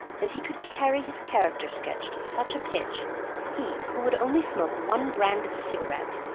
that he could carry his character-sketch to such a pitch he who would only smoke one brand of cigarette!